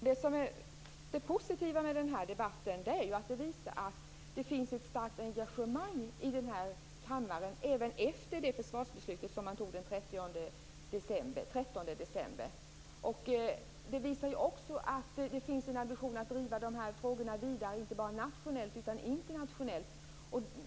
Fru talman! Det positiva med den här debatten är att den visar att det finns ett starkt engagemang i kammaren även efter försvarsbeslutet som fattades den 13 december. Den visar också att det finns en ambition att driva frågorna vidare, inte bara nationellt utan även internationellt.